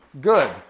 good